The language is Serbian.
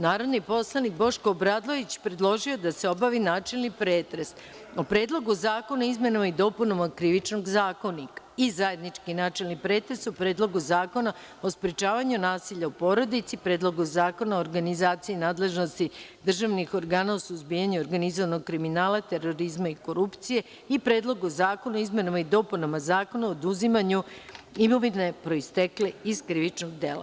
Narodni poslanik, Boško Obradović predložio je da se obavi načelni pretres o Predlogu zakona o izmenama i dopunama Krivičnog zakonika i zajednički načelni pretres o Predlogu zakona o sprečavanju nasilja u porodici, Predlogu zakona o organizaciji i nadležnosti državnih organa u suzbijanju organizovanog kriminala, terorizma i korupcije i Predlogu zakona o izmenama i dopunama Zakona o oduzimanju imovine proistekle iz krivičnog dela.